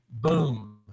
boom